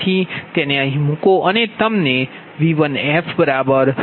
તેથી તેને અહીં મૂકો અને તમનેV1f0